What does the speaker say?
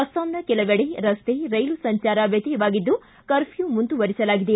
ಅಸ್ಲಾಂನ ಕೆಲವೆಡೆ ರಸ್ತೆ ರೈಲು ಸಂಚಾರ ವ್ಯತ್ಯಯವಾಗಿದ್ದು ಕಪ್ಪೂ ಮುಂದುವರಿಸಲಾಗಿದೆ